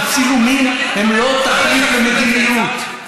אבל צילומים הם לא תחליף למדיניות.